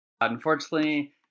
Unfortunately